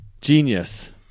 Genius